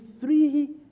three